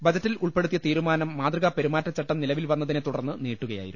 ബജറ്റിൽ ഉൾപ്പെടുത്തിയ തീരു മാനം മാതൃകാപെരുമാറ്റച്ചട്ടം നിലവിൽ വന്നതിനെ തുടർന്ന് നീട്ടു കയായിരുന്നു